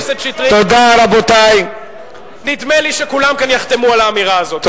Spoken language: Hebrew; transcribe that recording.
נדמה לי שכולם כאן יחתמו על האמירה הזו,